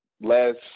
Last